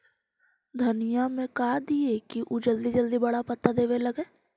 धनिया में का दियै कि उ जल्दी बड़ा बड़ा पता देवे लगै?